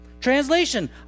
Translation